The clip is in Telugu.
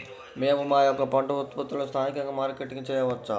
మేము మా యొక్క పంట ఉత్పత్తులని స్థానికంగా మార్కెటింగ్ చేయవచ్చా?